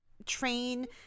train